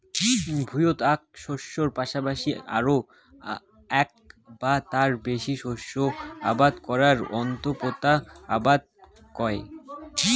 ভুঁইয়ত আক শস্যের পাশাপাশি আরো আক বা তার বেশি শস্য আবাদ করাক আন্তঃপোতা আবাদ কয়